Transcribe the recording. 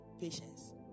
patience